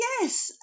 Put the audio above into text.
Yes